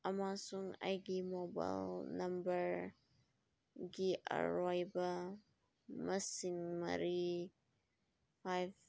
ꯑꯃꯁꯨꯡ ꯑꯩꯒꯤ ꯃꯣꯕꯥꯏꯜ ꯅꯝꯕꯔꯒꯤ ꯑꯔꯣꯏꯕ ꯃꯁꯤꯡ ꯃꯔꯤ ꯐꯥꯏꯚ